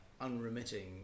unremitting